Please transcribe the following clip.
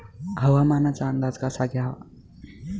हवामानाचा अंदाज कसा घ्यावा?